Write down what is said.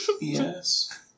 Yes